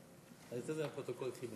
אתן את זה לפרוטוקול.